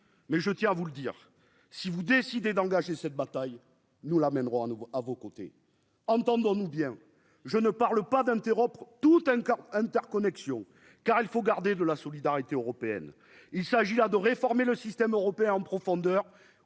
mais je tiens à vous le dire, si vous décidez d'engager cette bataille. Nous l'amèneront à nouveau à vos côtés, entendons-nous bien, je ne parle pas d'interrompre toute carte interconnexion. Car il faut garder de la solidarité européenne, il s'agit là de réformer le système européen en profondeur